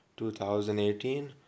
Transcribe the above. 2018